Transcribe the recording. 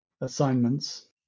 assignments